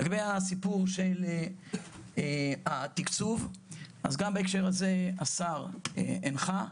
לגבי הסיפור של התקצוב אז גם בהקשר הזה השר הנחה,